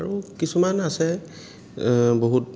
আৰু কিছুমান আছে বহুত